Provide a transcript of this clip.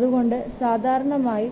അതുകൊണ്ട് സാധാരണയായി